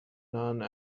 none